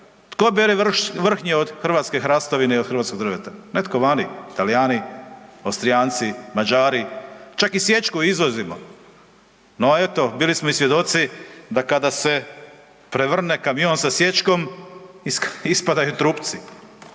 Tko bere vrhnje od hrvatske hrastovine i hrvatskog drveta? Netko vani, Talijani, Austrijanci, Mađari, čak i sječku izvozimo. No eto, bili smo i svjedoci da kada se prevrne kamion sa sječkom ispadaju trupci